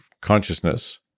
consciousness